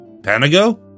Panago